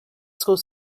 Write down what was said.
school